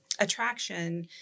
attraction